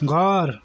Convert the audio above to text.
घर